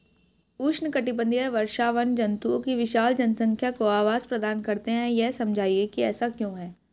उष्णकटिबंधीय वर्षावन जंतुओं की विशाल जनसंख्या को आवास प्रदान करते हैं यह समझाइए कि ऐसा क्यों है?